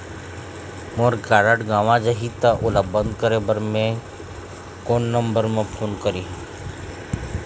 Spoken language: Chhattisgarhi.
मोर कारड गंवा जाही त ओला बंद करें बर मैं कोन नंबर म फोन करिह?